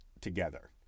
together